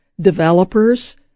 developers